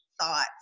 thoughts